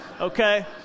Okay